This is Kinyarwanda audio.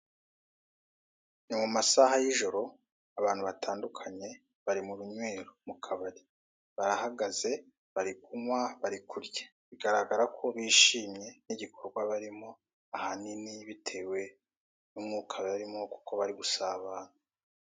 Ni mu masaha y'ijoro abantu batandukanye bari mu runywero mu kabari, barahagaze bari kunywa bari kurya, bigaragara ko bishimye n'igikorwa barimo ahanini bitewe n'umwuka barimo kuko bari gusabana.